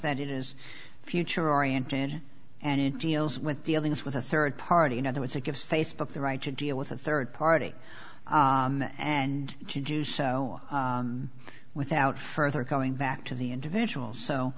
that it is future oriented and it deals with dealings with a third party in other words it gives facebook the right to deal with a third party and to do so without further going back to the individual so